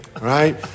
right